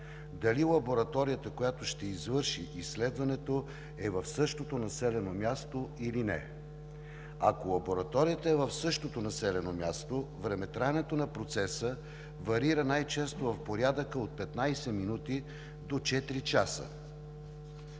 дали лабораторията, която ще извърши изследването, е в същото населено място или не. Ако лабораторията е в същото населено място, времетраенето на процеса варира най-често в порядъка от 15 минути до четири